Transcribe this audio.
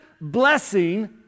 blessing